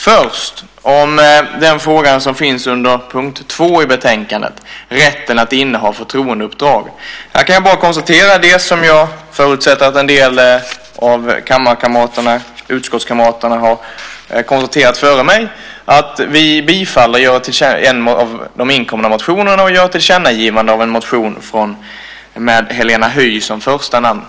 Först vill jag säga något om den fråga som finns under punkt 2 i betänkandet, rätten att inneha förtroendeuppdrag. Här kan jag bara konstatera det som jag förutsätter att en del av kammarkamraterna och utskottskamraterna har konstaterat före mig, att vi tillstyrker en av de inkomna motionerna och gör ett tillkännagivande av en motion med Helena Höij som första namn.